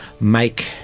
make